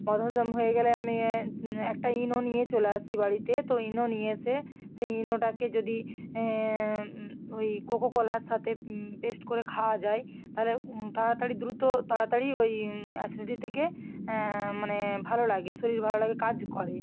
বদহজম হয়ে গেলে আমি একটা ইনো নিয়ে চলে আসি বাড়িতে তো ইনো নিয়ে এসে সেই ইনোটাকে যদি ওই কোকোকলার সাথে পেস্ট করে খাওয়া যায় তালে তাড়াতাড়ি দ্রুত তাড়াতাড়ি ওই অ্যাসিডিটি থেকে মানে ভালো লাগে শরীর ভালো লাগে কাজ করে